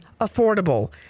affordable